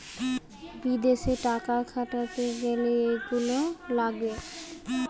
বিদেশে টাকা খাটাতে গ্যালে এইগুলা লাগে